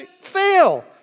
fail